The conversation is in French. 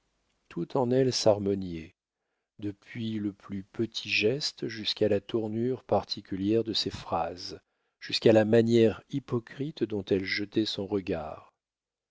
tout en elle s'harmoniait depuis le plus petit geste jusqu'à la tournure particulière de ses phrases jusqu'à la manière hypocrite dont elle jetait son regard